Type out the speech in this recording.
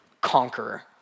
conqueror